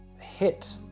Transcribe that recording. hit